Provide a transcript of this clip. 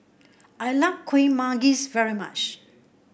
I like Kueh Manggis very much